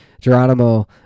Geronimo